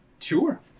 Sure